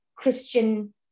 christian